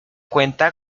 cuenta